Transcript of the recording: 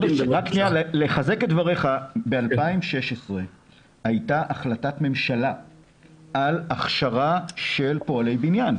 לחזק את דבריך: ב-2016 הייתה החלטת ממשלה על הכשרה של פועלי בניין.